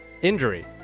injury